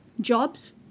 jobs